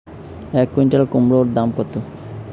এক কুইন্টাল কুমোড় দাম কত?